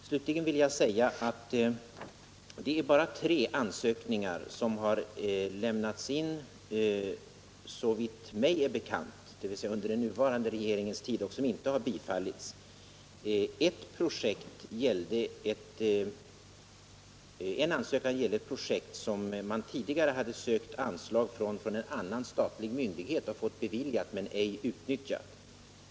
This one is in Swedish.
Slutligen vill jag säga att det bara är tre ansökningar som har lämnats in, såvitt mig är bekant, dvs. under den nuvarande regeringens tid, och som inte har bifallits. En ansökan gällde ett projekt som man tidigare hade sökt anslag till från en annan statlig myndighet och fått beviljat men ej utnyttjat.